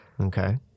Okay